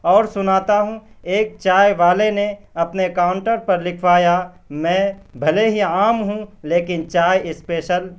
اور سناتا ہوں ایک چائے والے نے اپنے کاؤنٹر پر لکھوایا میں بھلے ہی عام ہوں لیکن چائے اسپیشل